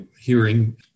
hearing